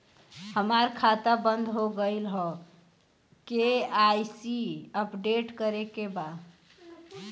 हमार खाता बंद हो गईल ह के.वाइ.सी अपडेट करे के बा?